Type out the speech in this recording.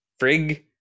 Frig